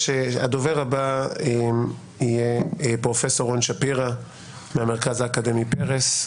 הדובר הבא יהיה פרופ' רון שפירא מהמרכז האקדמי פרס,